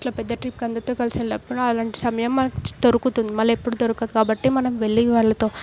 ఇట్లా పెద్ద ట్రిప్కి అందరితో కలిసి వెళ్ళినప్పుడు అలాంటి సమయం మనకు దొరుకుతుంది మళ్ళీ ఎప్పుడు దొరకదు కాబట్టి మనం వెళ్ళి వాళ్ళతో